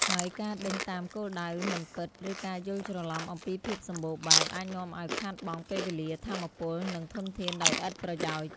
ហើយការដេញតាមគោលដៅមិនពិត ឬការយល់ច្រឡំអំពីភាពសម្បូរបែប អាចនាំឱ្យខាតបង់ពេលវេលា ថាមពល និងធនធានដោយឥតប្រយោជន៍។